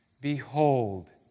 Behold